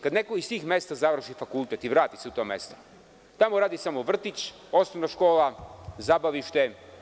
Kada neko iz tih mesta završi fakultet i vrati se u to mesto, tamo radi samo vrtić, osnovna škola, zabavište.